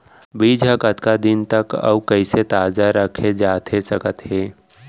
बीज ह कतका दिन तक अऊ कइसे ताजा रखे जाथे सकत हे?